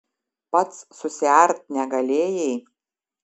pats susiart negalėjai